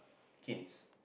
kins